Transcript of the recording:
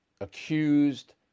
accused